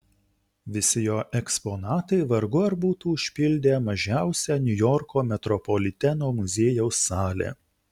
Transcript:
visi jo eksponatai vargu ar būtų užpildę mažiausią niujorko metropoliteno muziejaus salę